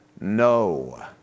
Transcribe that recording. no